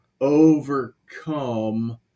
overcome